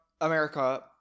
America